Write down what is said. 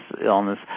illness